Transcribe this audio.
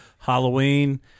halloween